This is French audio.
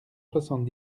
soixante